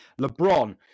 LeBron